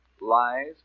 lies